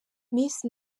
miss